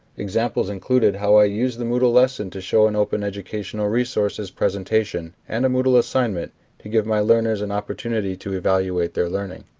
examples included how i used the moodle lesson to show an open educational resources presentation and a moodle assignment to give my learners an opportunity to evaluate their learning.